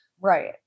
Right